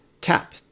TAP